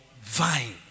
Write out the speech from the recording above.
vine